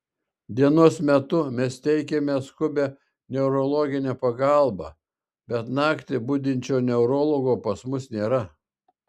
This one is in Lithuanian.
dienos metu mes teikiame skubią neurologinę pagalbą bet naktį budinčio neurologo pas mus nėra